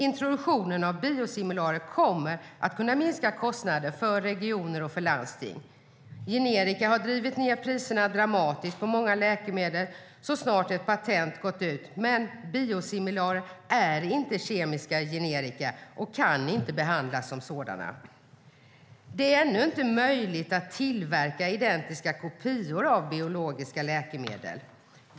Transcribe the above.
Introduktion av biosimilarer kommer att kunna minska kostnaderna för regioner och landsting. Generika har drivit ned priserna dramatiskt på många läkemedel så snart ett patent har gått ut. Men biosimilarer är inte kemiska generika och kan inte behandlas som sådana. Det är ännu inte möjligt att tillverka identiska kopior av biologiska läkemedel.